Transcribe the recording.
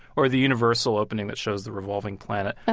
or the universal opening that shows the revolving planet.